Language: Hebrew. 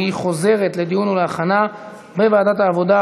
והיא חוזרת לדיון ולהכנה בוועדת העבודה,